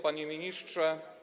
Panie Ministrze!